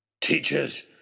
Teachers